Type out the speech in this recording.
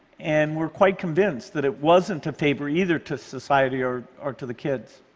and we're quite convinced that it wasn't a favor either to society or or to the kids.